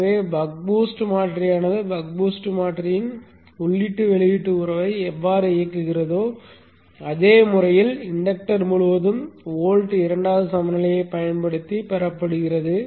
எனவே buck boost மாற்றியானது buck boost மாற்றியின் உள்ளீட்டு வெளியீட்டு உறவை எவ்வாறு இயக்குகிறதோ அதே முறையில் இண்டக்டர் முழுவதும் வோல்ட் இரண்டாவது சமநிலையைப் பயன்படுத்தி பெறப்படுகிறது